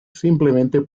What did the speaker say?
simplemente